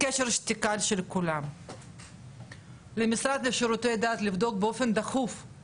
כל עוד כל מערך הכשרות יהיה בידיים של עסקנים